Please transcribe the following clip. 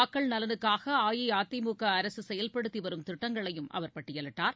மக்கள் நலனுக்காகஅஇஅதிமுகஅரசுசெயல்படுத்திவரும் திட்டங்களையும் அவர் பட்டியலிட்டார்